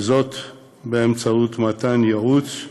וזאת באמצעות מתן ייעוץ,